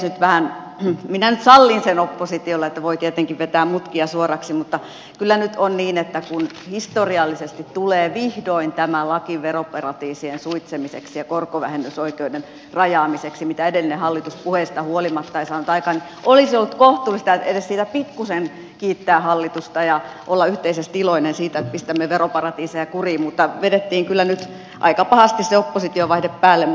minä nyt sallin sen oppositiolle että voi tietenkin vetää mutkia suoraksi mutta kyllä nyt on niin että kun historiallisesti tulee vihdoin tämä laki veroparatiisien suitsimiseksi ja korkovähennysoikeuden rajaamiseksi mitä edellinen hallitus puheista huolimatta ei saanut aikaan niin olisi ollut kohtuullista edes siitä pikkuisen kiittää hallitusta ja olla yhteisesti iloinen siitä että pistämme veroparatiiseja kuriin mutta vedettiin kyllä nyt aika pahasti se oppositiovaihde päälle mutta se sallittakoon